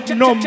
no